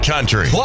Country